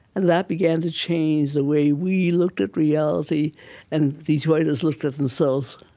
and that began to change the way we looked at reality and detroiters looked at themselves.